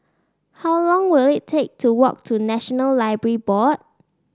how long will it take to walk to National Library Board